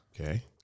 Okay